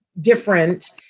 different